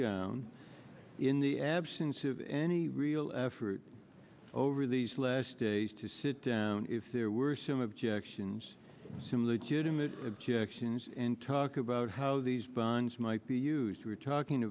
down in the absence of any real effort over these last days to sit down if there were some objections similar to them that objections and talk about how these bonds might be used we're talking